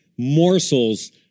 morsels